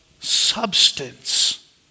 substance